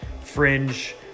fringe